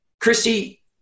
Christy